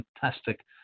Fantastic